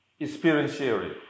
experientially